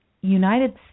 United